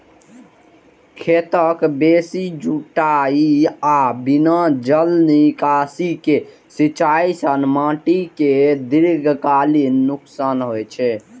खेतक बेसी जुताइ आ बिना जल निकासी के सिंचाइ सं माटि कें दीर्घकालीन नुकसान होइ छै